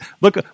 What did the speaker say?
look